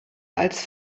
als